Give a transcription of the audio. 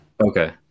Okay